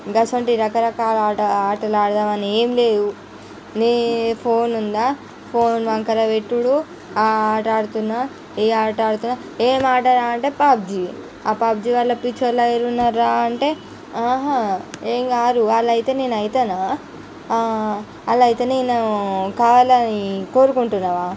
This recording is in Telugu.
అటువంటి రకరకాల ఆటలు ఆడుదామని ఏం లేదు నీ ఫోన్ ఉందా పోన్ వంకర పెట్టుడు ఆ ఆట ఆడుతున్న ఈ ఆట ఆడుతున్న ఏం ఆటరా అంటే పబ్జి ఆ పబ్జి వల్ల పిచ్చి వాళ్లై పోతున్నారా అంటే ఆహ ఏం కారు వాళ్ళైతే నేను అయితానా అలా అయితే నేను కావాలని కోరుకుంటున్నావా